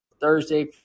Thursday